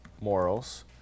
morals